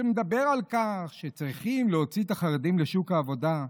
מדבר על כך שצריכים להוציא את החרדים לשוק העבודה.